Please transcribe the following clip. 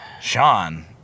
Sean